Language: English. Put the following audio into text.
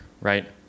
right